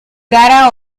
cara